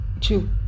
Two